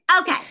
Okay